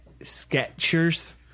Sketchers